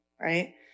right